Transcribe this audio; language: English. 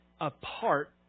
apart